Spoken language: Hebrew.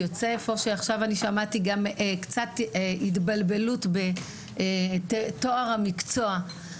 כפי שעכשיו שמעתי קצת התבלבלות בטוהר המקצוע.